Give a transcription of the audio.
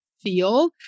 feel